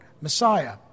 Messiah